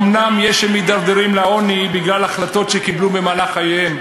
אומנם יש המידרדרים לעוני בגלל החלטות שקיבלו במהלך חייהם,